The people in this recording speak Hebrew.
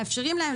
מאפשר להם,